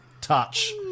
touch